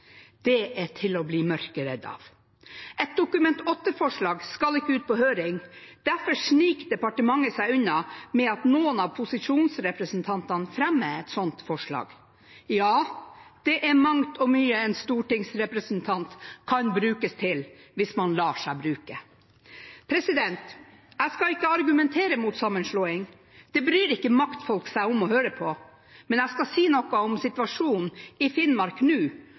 Det er til å bli mørkredd av. Et Dokument 8-forslag skal ikke ut på høring, derfor sniker departementet seg unna med at noen av posisjonsrepresentantene fremmer et sånt forslag. Ja, det er mangt og mye en stortingsrepresentant kan brukes til – hvis man lar seg bruke. Jeg skal ikke argumentere mot sammenslåing, det bryr ikke maktfolk seg om å høre på, men jeg skal si noe om situasjonen i Finnmark nå